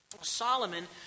Solomon